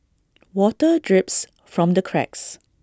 water drips from the cracks